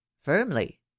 firmly